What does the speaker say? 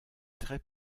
très